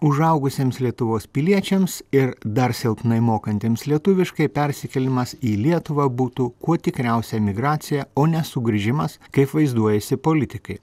užaugusiems lietuvos piliečiams ir dar silpnai mokantiems lietuviškai persikėlimas į lietuvą būtų kuo tikriausia emigracija o ne sugrįžimas kaip vaizduojasi politikai